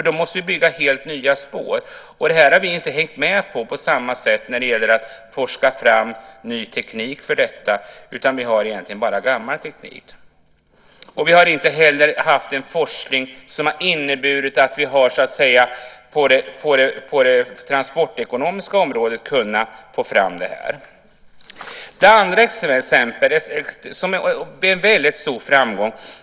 Då måste vi bygga helt nya spår. Vi har inte hängt med när det gäller att forska fram ny teknik för detta. Vi har egentligen bara gammal teknik. Vi har heller inte haft en forskning som har inneburit att vi kan få fram detta på det transportekonomiska området. Ett annat exempel visar på väldigt stor framgång.